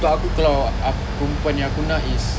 untuk aku kalau aku perempuan yang aku nak is